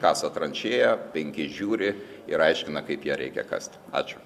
kasa tranšėją penki žiūri ir aiškina kaip ją reikia kasti ačiū